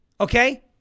Okay